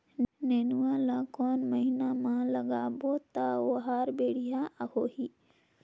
नेनुआ ला कोन महीना मा लगाबो ता ओहार बेडिया होही?